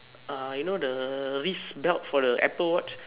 ah you know the wrist belt for the apple watch